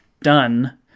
done